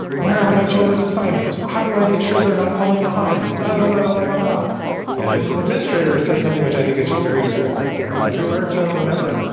where are my children's assignments? how do i make sure they're not falling behind but but but bar? and this administrator said something which i think is just very useful for parents everywhere to remember,